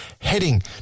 heading